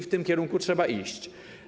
W tym kierunku trzeba iść.